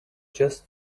just